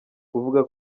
kuvuga